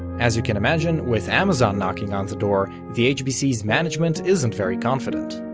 as you can imagine, with amazon knocking on the door, the hbc's management isn't very confident.